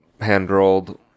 hand-rolled